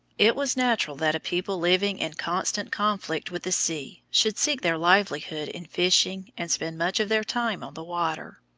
it was natural that a people living in constant conflict with the sea should seek their livelihood in fishing and spend much of their time on the water.